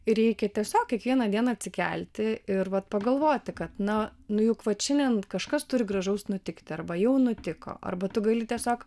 reikia tiesiog kiekvieną dieną atsikelti ir vat pagalvoti kad na nu juk vat šiandien kažkas turi gražaus nutikti arba jau nutiko arba tu gali tiesiog